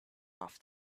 off